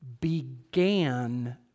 began